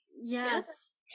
yes